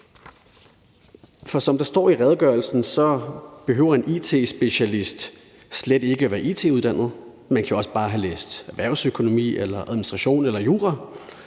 For som der står i redegørelsen, behøver en it-specialist slet ikke at være it-uddannet; man kan jo også bare have læst erhvervsøkonomi eller administration eller jura.